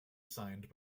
signed